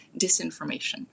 disinformation